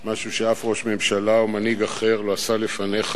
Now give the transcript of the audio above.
משהו שאף ראש ממשלה או מנהיג אחר לא עשה לפניך.